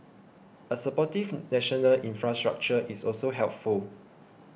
a supportive national infrastructure is also helpful